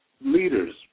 leaders